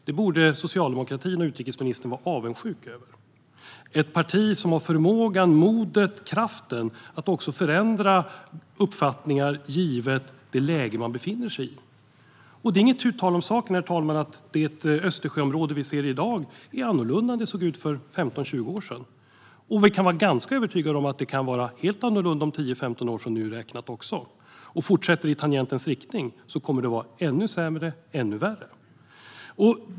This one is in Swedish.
Det borde socialdemokratin och utrikesministern vara avundsjuka på. Vi ser ett parti som har förmågan, modet och kraften att också förändra uppfattningar givet det läge man befinner sig i. Det är inte tu tal om saken, herr talman, att Östersjöområdet ser annorlunda ut i dag än för 15-20 år sedan. Vi kan vara ganska övertygade om att det kan se helt annorlunda ut om 10-15 år, och fortsätter det i tangentens riktning kommer det att vara ännu sämre och ännu värre.